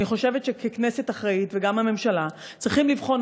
ואני חושבת שכנסת אחראית וגם הממשלה צריכות לבחון